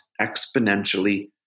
exponentially